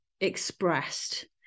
expressed